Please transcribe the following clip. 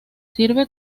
sirve